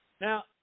Now